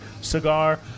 cigar